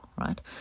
right